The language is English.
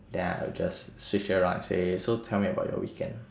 then I will just switch around and say so tell me about your weekend